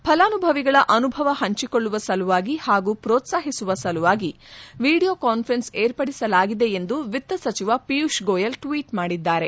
ಫಲನಾನುಭವಿಗಳ ಅನುಭವ ಹಂಚಿಕೊಳ್ಳುವ ಸಲುವಾಗಿ ಹಾಗೂ ಪ್ರೋತ್ಸಾಹಿಸುವ ಸಲುವಾಗಿ ವೀಡಿಯೋ ಕಾನ್ವರೆನ್ಸ್ ಏರ್ಪಡಿಸಲಾಗಿದೆ ಎಂದು ವಿತ್ತ ಸಚಿವ ಪಿಯೂಷ್ ಗೋಯಲ್ ಟ್ವೀಟ್ ಮಾಡಿದ್ದಾರೆ